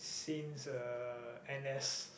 since uh n_s